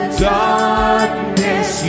darkness